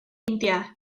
india